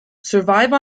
survive